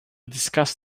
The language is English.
discuss